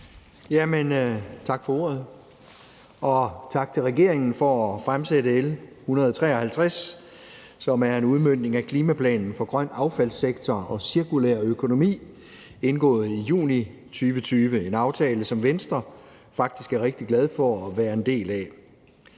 Tak for ordet, og tak til regeringen for at have fremsat L 153, som er en udmøntning af aftalen »Klimaplan for en grøn affaldssektor og cirkulær økonomi« indgået i juni 2020 – en aftale, som Venstre faktisk er rigtig glad for at være en del af.